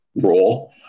role